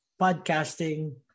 podcasting